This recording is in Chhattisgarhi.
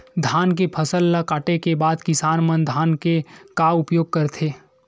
धान के फसल ला काटे के बाद किसान मन धान के का उपयोग करथे?